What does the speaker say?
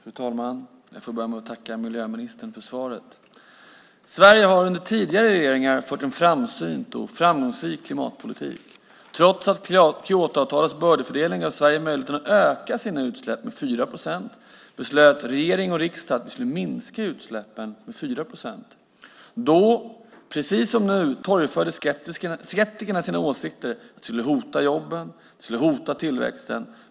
Fru talman! Jag börjar med att tacka miljöministern för svaret. Sverige har under tidigare regeringar fört en framsynt och framgångsrik klimatpolitik. Trots att Kyotoavtalets bördefördelning gav Sverige möjlighet att öka sina utsläpp med 4 procent beslutade regering och riksdag att vi skulle minska utsläppen med 4 procent. Då, precis som nu, torgförde skeptikerna sina åsikter. Det skulle hota jobben, och det skulle hota tillväxten.